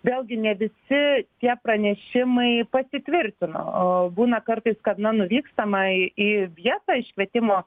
vėlgi ne visi tie pranešimai pasitvirtino o būna kartais kad na nuvykstama į vietą iškvietimo